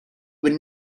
would